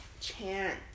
Chance